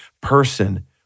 person